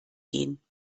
gehen